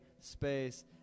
space